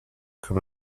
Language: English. come